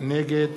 נגד